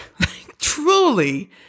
Truly